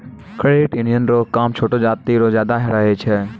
credit union रो काम छोटो जाति रो ज्यादा रहै छै